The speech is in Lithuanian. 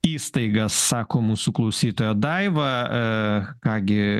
įstaigas sako mūsų klausytoja daiva ką gi